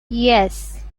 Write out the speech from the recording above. yes